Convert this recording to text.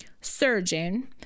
surgeon